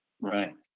Right